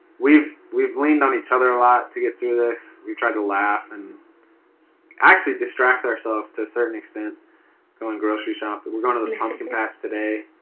we've. we've leaned on each other a lot to get through this. we've tried to laugh and actually distract ourselves to a certain extent going grocery shopping. we're going to the pumpkin patch today.